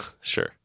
Sure